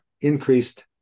increased